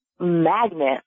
magnet